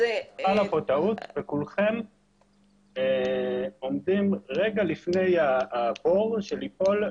חלה פה טעות וכולכם עומדים רגע לפני הבור של ליפול,